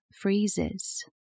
freezes